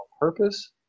purpose